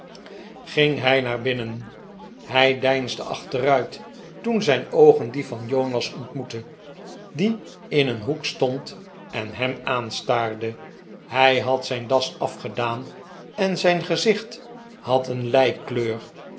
ging hij naar binnen hij deinsde achteruit toen zijn oogen die van jonas ontmoetten die in een hoek stond en hem aanstaarde hij had zijn das afgedaan en zijn gezicht had een